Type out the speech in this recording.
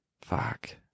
fuck